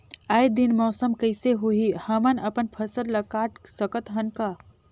आय दिन मौसम कइसे होही, हमन अपन फसल ल काट सकत हन का?